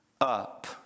up